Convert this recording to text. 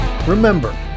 Remember